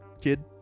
kid